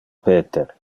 peter